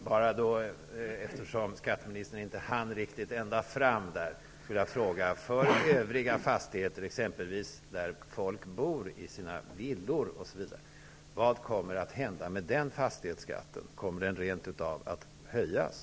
Fru talman! Eftersom skatteministern inte riktigt hann ända fram vill jag fråga: Vad kommer att hända med fastighetsskatten för övriga fastigheter, fastigheter som folk bor i, exempelvis villor? Vad kommer att hända med den fastighetsskatten? Kommer den rent av att höjas?